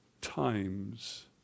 times